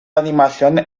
animación